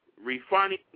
Refining